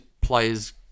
players